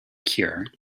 cure